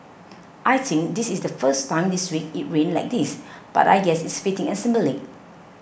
I think this is the first time this week it rained like this but I guess it's fitting and symbolic